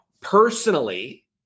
personally